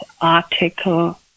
article